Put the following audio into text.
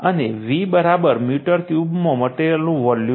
અને V metre ક્યુબમાં મટેરીઅલનું વોલ્યુમ છે